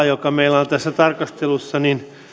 joka meillä on on tässä tarkastelussa